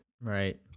right